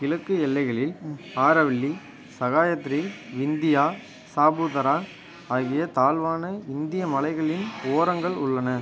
கிழக்கு எல்லைகளில் ஆரவல்லி சஹாயத்திரி விந்தியா சாபுதாரா ஆகிய தாழ்வான இந்திய மலைகளின் ஓரங்கள் உள்ளன